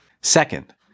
Second